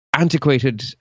antiquated